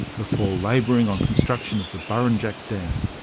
before labouring on construction of the burrinjuck dam.